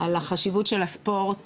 על חשיבות הספורט